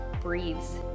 breathes